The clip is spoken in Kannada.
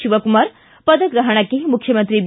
ಶಿವಕುಮಾರ್ ಪದಗ್ರಪಣಕ್ಕೆ ಮುಖ್ಯಮಂತ್ರಿ ಬಿ